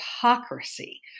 hypocrisy